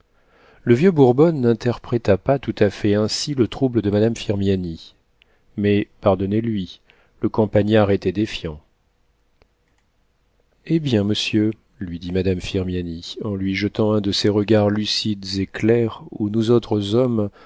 le vieux bourbonne n'interpréta pas tout à fait ainsi le trouble de madame firmiani mais pardonnez-lui le campagnard était défiant eh bien monsieur lui dit madame firmiani en lui jetant un de ces regards lucides et clairs où nous autres hommes